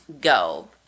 go